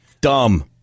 Dumb